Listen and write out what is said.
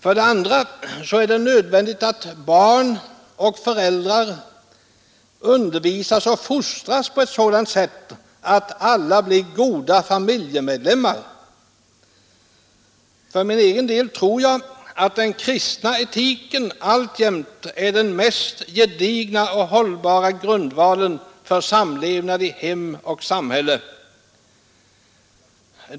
För det andra är det nödvändigt att barn och föräldrar undervisas och fostras på ett sådant sätt att alla blir goda familjemedlemmar. För min egen del tror jag att den kristna etiken alltjämt är den mest gedigna och hållbara grundvalen för samlevnad i hem och samhälle.